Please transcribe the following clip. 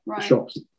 shops